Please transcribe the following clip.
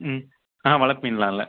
ம் ஆ வளர்ப்பு மீனெலாம் இல்லை